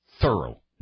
thorough